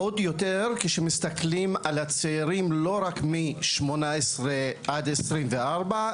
עוד יותר כשמסתכלים על הצעירים לא רק מ-18 עד 24,